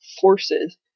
forces